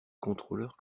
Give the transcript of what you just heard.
contrôleurs